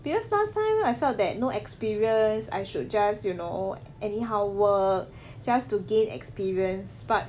because last time I felt that no experience I should just you know anyhow work just to gain experience but